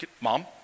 mom